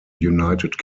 united